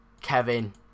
kevin